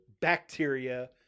bacteria